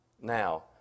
Now